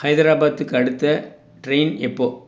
ஹைதராபாத்துக்கு அடுத்த ட்ரெயின் எப்போது